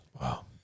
Wow